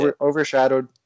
overshadowed